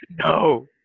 No